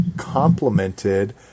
complemented